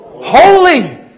Holy